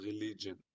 religion